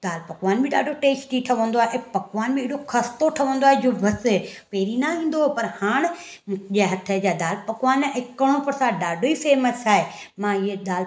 दालि पकवान बि ॾाढो टेस्टी ठहंदो आहे ऐं पकवान बि अहिड़ो खस्तो ठहंदो आहे के मस्तु पहिरीं न ईंदो हो पर हाणे मुंहिंजे हथ जा दालि पकवान ऐं कड़ों प्रसाद ॾाढो ई फेमस आहे मां हीअ दालि